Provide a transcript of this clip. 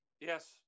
Yes